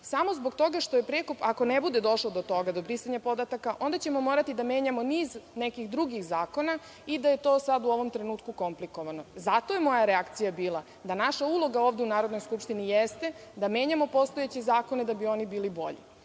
samo zbog toga što, ako ne bude došlo do toga, do brisanja podataka, onda ćemo morati da menjamo niz nekih drugih zakona i da je to sad u ovom trenutku komplikovano. Zato je moja reakcija bila da naša uloga ovde u Narodnoj skupštini jeste da menjamo postojeće zakone da bi oni bili bolji.